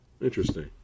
Interesting